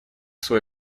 свой